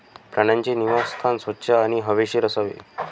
प्राण्यांचे निवासस्थान स्वच्छ आणि हवेशीर असावे